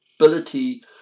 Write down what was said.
ability